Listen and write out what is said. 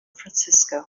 francisco